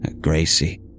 Gracie